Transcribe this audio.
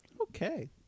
Okay